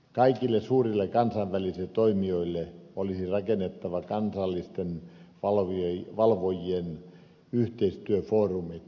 kaikille suurille kansainvälisille toimijoille olisi rakennettava kansallisten valvojien yhteistyöfoorumit